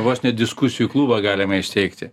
vos ne diskusijų klubą galima įsteigti